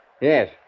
Yes